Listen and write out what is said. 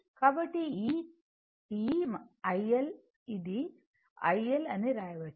కాబట్టి ఈ iL ఇది iL అని వ్రాయవచ్చు